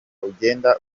ugenda